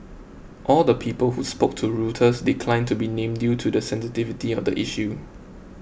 all the people who spoke to Reuters declined to be named due to the sensitivity of the issue